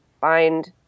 find